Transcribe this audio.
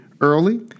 early